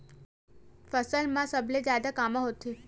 फसल मा सबले जादा कामा होथे?